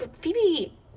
Phoebe